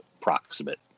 proximate